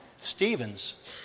Stephen's